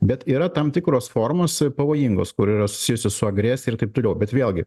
bet yra tam tikros formos pavojingos kur yra susijusios su agresija ir taip toliau bet vėlgi